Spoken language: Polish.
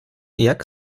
jak